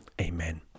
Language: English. Amen